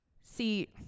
See